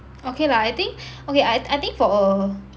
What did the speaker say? okay lah I think okay I I think for a